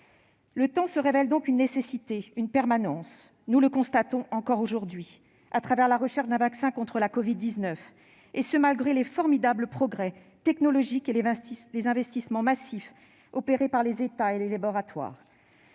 Le temps se révèle donc une nécessité, une permanence. Nous le constatons encore aujourd'hui au travers de la recherche d'un vaccin contre la covid-19, et ce malgré les formidables progrès technologiques et les investissements massifs opérés par les États et les laboratoires.